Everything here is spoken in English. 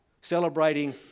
celebrating